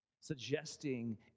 Suggesting